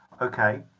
Okay